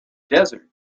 desert